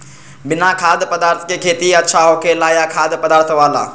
बिना खाद्य पदार्थ के खेती अच्छा होखेला या खाद्य पदार्थ वाला?